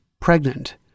pregnant